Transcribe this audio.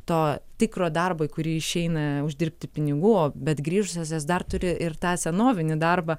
to tikro darbo į kurį išeina uždirbti pinigų o bet grįžusios jos dar turi ir tą senovinį darbą